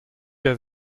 der